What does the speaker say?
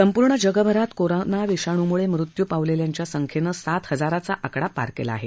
संपूर्ण जगभरात कोरोना विषाणूमुळे मृत्यू पावलेल्यांच्या संख्येनं सात हजाराचा आकडा पार केला आहे